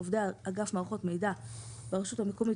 עובדי אגף מערכות המידע ברשות המקומית